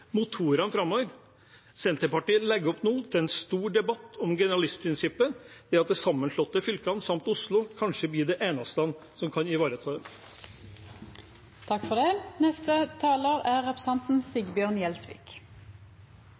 motorene framover. Senterpartiet legger nå opp til en stor debatt om generalistprinsippet, at de sammenslåtte fylkene, samt Oslo, kanskje blir de eneste som kan ivareta det. Det